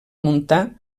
muntar